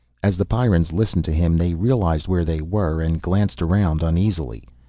as the pyrrans listened to him they realized where they were, and glanced around uneasily.